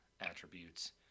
attributes